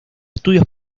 estudios